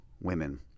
women